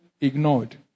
ignored